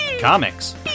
comics